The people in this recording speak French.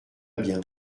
bien